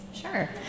Sure